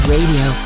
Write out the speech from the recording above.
Radio